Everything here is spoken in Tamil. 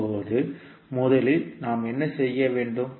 இப்போது முதலில் நாம் என்ன செய்ய வேண்டும்